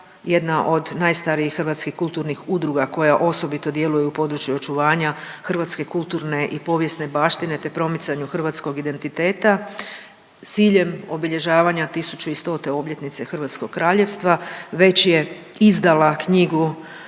jedna od najstarijih hrvatskih kulturnih udruga koja osobito djeluje u području očuvanja hrvatske kulturne i povijesne baštine, te promicanju hrvatskog identiteta s ciljem obilježavanja 1100 obljetnice hrvatskog kraljevstva već je izdala knjigu